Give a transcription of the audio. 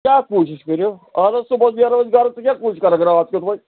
کیٛاہ کوٗشِش کٔرِو اَہَن حظ صُبَحس نیرو أسۍ گَرٕ ژٕ کیٛاہ کوٗشِش کَرَکھ راتھ کٮُ۪تھ وۅنۍ